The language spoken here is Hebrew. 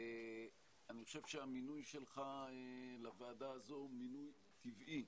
אני חושב שהמינוי שלך לוועדה הזאת הוא מינוי טבעי,